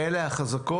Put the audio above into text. אלה החזקות.